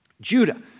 Judah